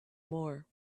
more